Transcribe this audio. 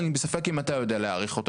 אני בספק אם אתם יודעים להעריך אותו,